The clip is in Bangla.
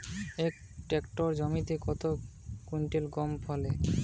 এক হেক্টর জমিতে কত কুইন্টাল গম ফলে?